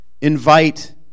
invite